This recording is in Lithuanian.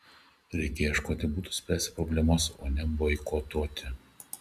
reikia ieškoti būdų spręsti problemas o ne boikotuoti